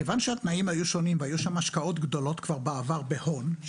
כיוון שהתנאים היו שונים והיו שם השקעות גדולות כבר בעבר בהון,